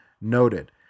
noted